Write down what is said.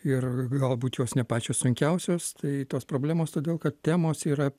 ir galbūt jos ne pačios sunkiausios tai tos problemos todėl kad temos yra